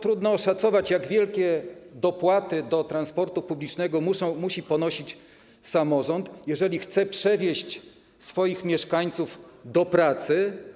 Trudno oszacować, jak wielkie koszty dopłat do transportu publicznego musi ponosić samorząd, jeżeli chce przewieźć swoich mieszkańców do pracy.